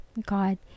god